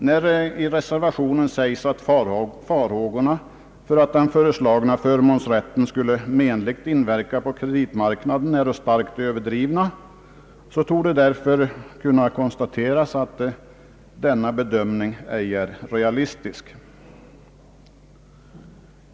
När det i reservationen säges att farhågorna för att den föreslagna förmånsrätten skulle inverka menligt på kreditmarknaden är starkt överdrivna så torde därför kunna konstateras att denna bedömning ej är realistisk.